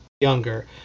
younger